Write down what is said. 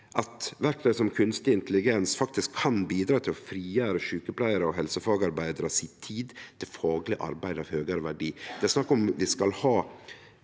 at verktøy som kunstig intelligens faktisk kan bidra til å frigjere sjukepleiarar og helsefagarbeidarar si tid til fagleg arbeid av høgare verdi. Det er snakk om vi skal ha